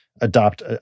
adopt